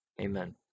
Amen